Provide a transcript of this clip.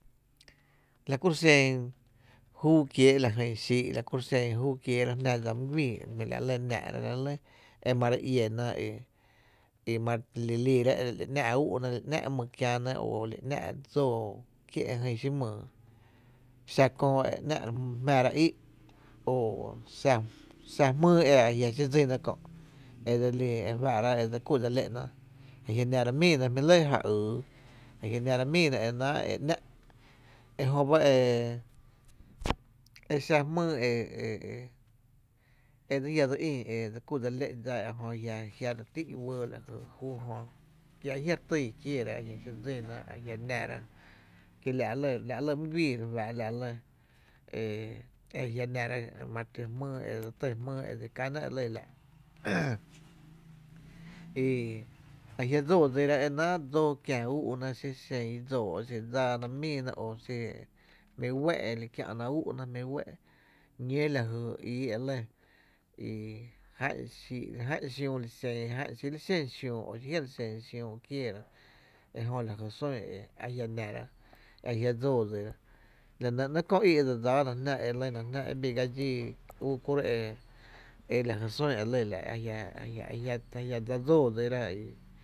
La kuro’ xen júu kiee’ jyn xii’ la kuro’ xen júu kieera jná dsa my güii e la lɇ náá’ra la lɇ e ma re iéna i ma re li líina e ‘nⱥ’ ú’na o mali ‘nⱥ’ my kiäna o li ‘nⱥ’ dsóo kié’ jy xi mýy xa köö e ‘nⱥ’ re jmⱥⱥra í’ o xa jmýy e a jia’ xi dsina kö e dse lii e fáá’ra e dse ku’n dse lé’na a jia’ nera míina e jmpi’ lɇ e ja yy a jia’ nera míina e náá’ ‘nⱥ’ ejöba e e e xa jmýy e e e dse llá dse ín e dse kú’n dse lé’n dsa jö jia’ re ti’ wɇɇ la jy júu jö ki ajia’ re tíi kiééra a jia’ xi dsína a jia’ nera ki la’ lɇ my güii re fáá’ra la’ lɇ e ajia’ nera mare tý jmýy e ti kána e lɇ la’ i a jia’ dsoo dsira e náá’ e xi xen i dsóó’ o e dsaáána míina e jmí’ wé’ e li kiä’na ú’na e jmí wé’ ñoo lajy ii elɇ i já’n xii’ o já’n xiüü xi li xen xiüü o xi jiá’ li xen xiüü kieera e nɇ la jy sún e jiá’ nera a jia’ dsoo dsira la nɇ ‘nɇɇ’ kö í’ dse dsáána jná e lyna jná e bii ga dxii u kuru’ e e la jy sún e lɇ la’a jia’ ajia’ dse dsóo dsira.